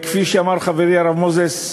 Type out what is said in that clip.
כפי שאמר חברי הרב מוזס,